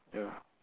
ya